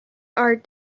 are